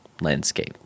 landscape